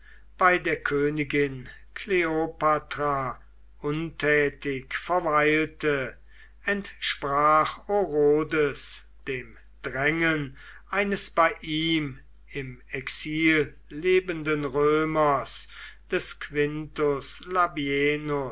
bei der königin kleopatra untätig verweilte entsprach orodes dem drängen eines bei ihm im exil lebenden römers des quintus labienus